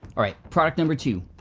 all right, product number two.